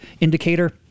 indicator